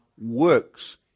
works